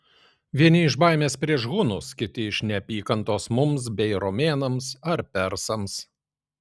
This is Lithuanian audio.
vieni iš baimės prieš hunus kiti iš neapykantos mums bei romėnams ar persams